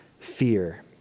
fear